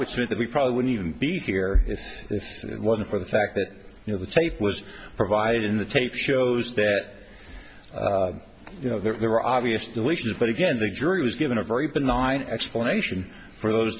would say that we probably wouldn't even be here if it wasn't for the fact that you know the tape was provided in the tape shows that you know there were obvious deletions but again the jury was given a very benign explanation for those